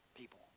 people